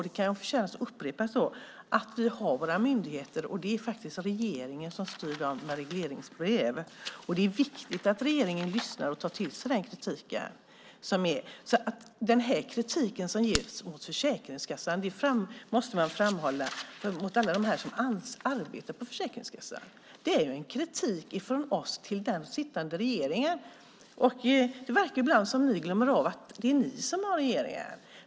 Det kan förtjäna att upprepas att det är regeringen som styr våra myndigheter med regleringsbrev. Det är viktigt att regeringen lyssnar och tar till sig kritiken. Den kritik som framförs mot Försäkringskassan - det måste man framhålla för alla dem som arbetar på Försäkringskassan - är en kritik från oss till den sittande regeringen. Det verkar ibland som om ni glömmer bort att det är ni som regerar.